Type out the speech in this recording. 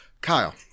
Kyle